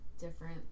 different